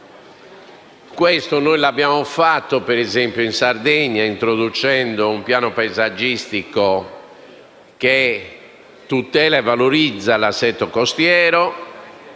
Questo l'abbiamo fatto ad esempio in Sardegna, introducendo un piano paesaggistico che tutela e valorizza l'assetto costiero.